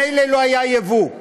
מילא לא היה ייבוא,